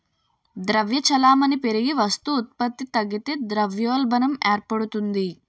ద్రవ్య చలామణి పెరిగి వస్తు ఉత్పత్తి తగ్గితే ద్రవ్యోల్బణం ఏర్పడుతుంది